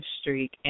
streak